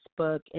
Facebook